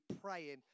praying